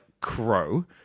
crow